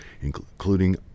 including